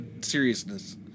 seriousness